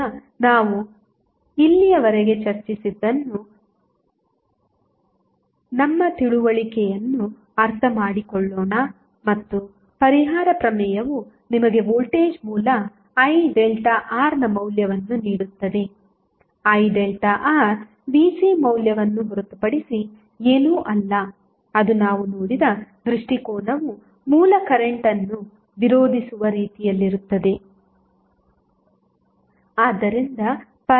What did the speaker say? ಈಗ ನಾವು ಇಲ್ಲಿಯವರೆಗೆ ಚರ್ಚಿಸಿದ್ದನ್ನು ನಮ್ಮ ತಿಳುವಳಿಕೆಯನ್ನು ಅರ್ಥಮಾಡಿಕೊಳ್ಳೋಣ ಮತ್ತು ಪರಿಹಾರ ಪ್ರಮೇಯವು ನಿಮಗೆ ವೋಲ್ಟೇಜ್ ಮೂಲ IΔRನ ಮೌಲ್ಯವನ್ನು ನೀಡುತ್ತದೆIΔR Vcಮೌಲ್ಯವನ್ನು ಹೊರತುಪಡಿಸಿ ಏನೂ ಅಲ್ಲ ಅದು ನಾವು ನೋಡಿದ ದೃಷ್ಟಿಕೋನವು ಮೂಲ ಕರೆಂಟ್ ಅನ್ನು ವಿರೋಧಿಸುವ ರೀತಿಯಲ್ಲಿರುತ್ತದೆ